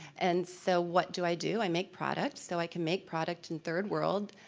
and so what do i do? i make products so i can make product in third world,